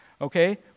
okay